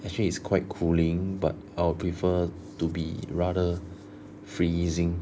actually is quite cooling but I'll prefer to be rather freezing